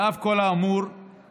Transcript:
על אף כל האמור לעיל,